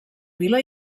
vila